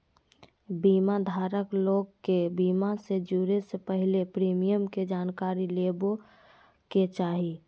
बीमा धारक लोग के बीमा से जुड़े से पहले प्रीमियम के जानकारी लेबे के चाही